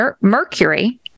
Mercury